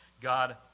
God